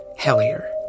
Hellier